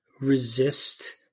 resist